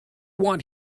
want